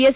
S